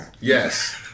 Yes